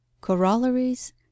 Corollaries